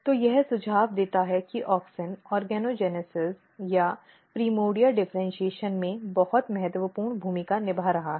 तो यह सुझाव देता है कि ऑक्सिन ऑर्गेनोजेनेसिस या प्रिमोर्डिया डिफ़र्इन्शीएशन में बहुत महत्वपूर्ण भूमिका निभा रहा है